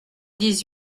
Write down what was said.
dix